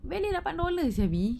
valet lapan dollar sia B